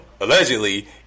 Allegedly